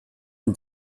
und